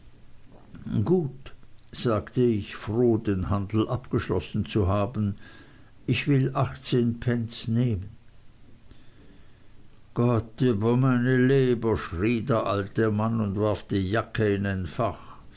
gut sagte ich froh den handel abgeschlossen zu haben ich will achtzehn pence nehmen gott über meine leber schrie der alte mann und warf die jacke in